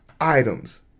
items